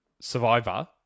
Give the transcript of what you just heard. Survivor